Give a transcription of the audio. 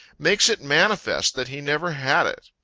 makes it manifest that he never had it.